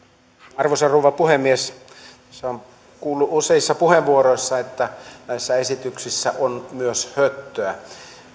arvoisa rouva puhemies tässä on kuullut useissa puheenvuoroissa että näissä esityksissä on myös höttöä